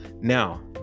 Now